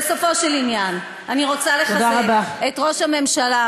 בסופו של עניין, אני רוצה לחזק את ראש הממשלה,